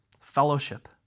fellowship